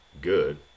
good